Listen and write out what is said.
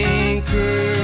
anchor